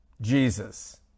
Jesus